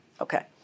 Okay